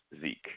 Zeke